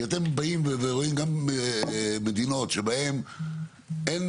כי אתם באים ורואים גם מדינות שבהן אין